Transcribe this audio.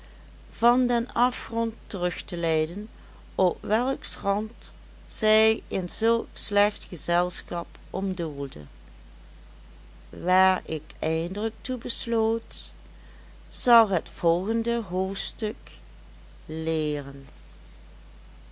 van den afgrond terug te leiden op welks rand zij in zulk slecht gezelschap omdoolde waar ik eindelijk toe besloot zal het volgende hoofdstuk leeren